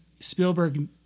Spielberg